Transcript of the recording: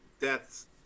deaths